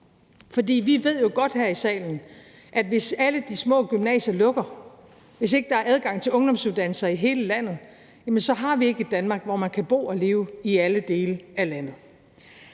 For vi ved jo godt her i salen, at hvis alle de små gymnasier lukker, hvis ikke der er adgang til ungdomsuddannelser i hele landet, jamen så har vi ikke et Danmark, hvor man kan bo og leve i alle dele af landet.